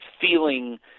feeling